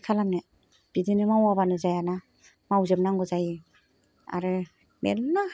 माथो खालामनो बिदिनो मावाबानो जायाना मावजोबनांगौ जायो आरो मेरला